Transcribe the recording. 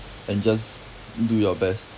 and just do your best